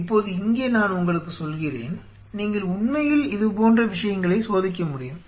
இப்போது இங்கே நான் உங்களுக்கு சொல்கிறேன் நீங்கள் உண்மையில் இதுபோன்ற விஷயங்களை சோதிக்க முடியும்